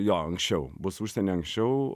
jo anksčiau bus užsieny anksčiau